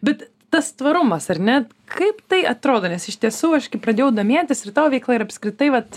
bet tas tvarumas ar ne kaip tai atrodo nes iš tiesų aš kai pradėjau domėtis ir tavo veikla ir apskritai vat